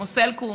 כמו סלקום,